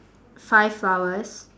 five flowers